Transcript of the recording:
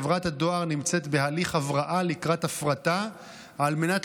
חברת הדואר נמצאת בהליך הבראה לקראת הפרטה על מנת